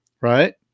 right